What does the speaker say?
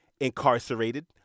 incarcerated